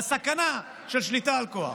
והסכנה של שליטה, כוח.